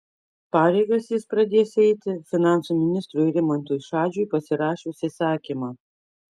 pareigas jis pradės eiti finansų ministrui rimantui šadžiui pasirašius įsakymą